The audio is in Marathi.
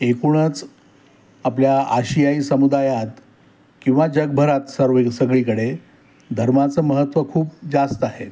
एकूणच आपल्या आशियाई समुदायात किंवा जगभरात सर्व सगळीकडे धर्माचं महत्व खूप जास्त आहे